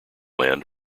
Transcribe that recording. land